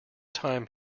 time